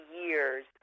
years